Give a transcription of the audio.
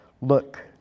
Look